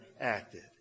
acted